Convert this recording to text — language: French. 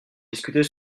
discuter